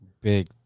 big